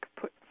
put